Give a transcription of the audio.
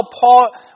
Paul